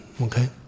Okay